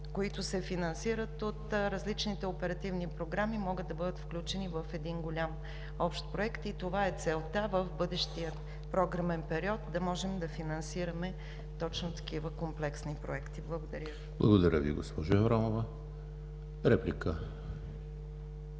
които се финансират от различните оперативни програми, могат да бъдат включени в един голям общ проект и това е целта в бъдещия програмен период – да можем да финансираме точно такива комплексни проекти. Благодаря Ви. ПРЕДСЕДАТЕЛ ЕМИЛ